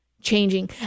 changing